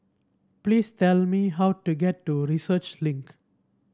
please tell me how to get to Research Link